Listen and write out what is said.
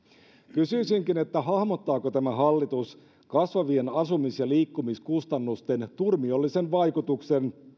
kysyisinkin hahmottaako tämä hallitus kasvavien asumis ja liikkumiskustannusten turmiollisen vaikutuksen